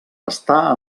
està